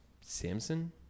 Samson